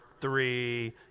three